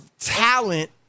talent